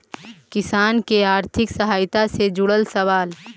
किसान के आर्थिक सहायता से जुड़ल सवाल?